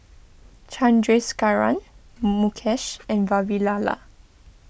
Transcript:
Chandrasekaran Mukesh and Vavilala